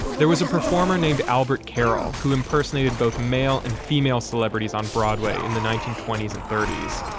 there was a performer named albert carroll who impersonated both male and female celebrities on broadway in the nineteen twenty s and thirty s.